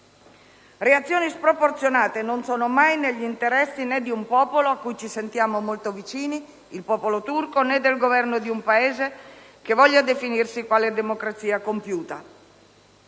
Reazioni sproporzionate non sono mai negli interessi né di un popolo al quale ci sentiamo molto vicini, il popolo turco, né del Governo di un Paese che voglia definirsi quale democrazia compiuta.